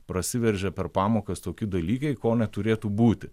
prasiveržia per pamokas toki dalykai ko neturėtų būti